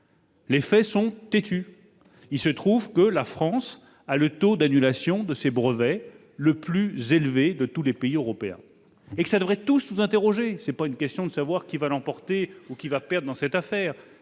le sénateur, sont têtus ! Il se trouve que la France a le taux d'annulation de ses brevets le plus élevé de tous les pays européens. Cela devrait tous nous interroger ! Il ne s'agit pas de savoir qui va l'emporter et qui va perdre dans cette affaire